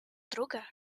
druga